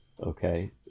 okay